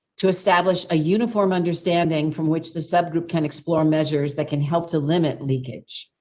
to establish a uniform understanding from which the sub group can explore measures that can help to limit leakage.